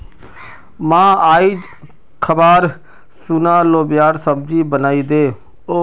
मां, आइज खबार खूना लोबियार सब्जी बनइ दे